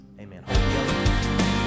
Amen